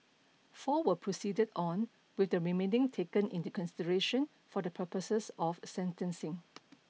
four were proceeded on with the remaining taken into consideration for the purposes of sentencing